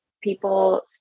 people